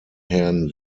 herrn